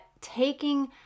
taking